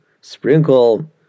sprinkle